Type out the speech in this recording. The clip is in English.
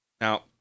Now